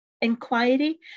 inquiry